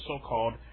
so-called